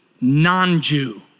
non-Jew